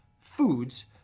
foods